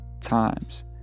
times